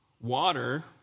water